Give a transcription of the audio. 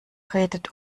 redet